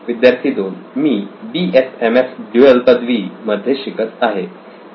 विद्यार्थी 2 मी BSMS dual पदवी मध्ये शिकत आहे